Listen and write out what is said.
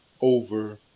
over